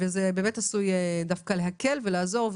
זה עשוי דווקא להקל ולעזור,